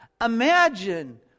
imagine